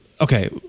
okay